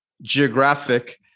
Geographic